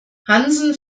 hansen